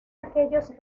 aquellos